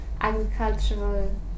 agricultural